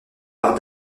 par